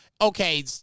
Okay